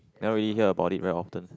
never eatting about it very often